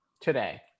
today